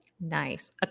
Nice